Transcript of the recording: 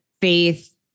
faith